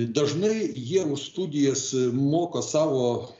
dažnai jie už studijas moka savo